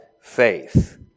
faith